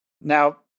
Now